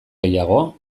gehiago